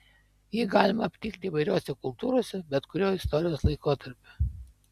jį galima aptikti įvairiose kultūrose bet kuriuo istorijos laikotarpiu